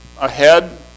ahead